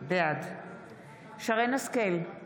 בעד שרן מרים השכל,